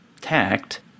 tact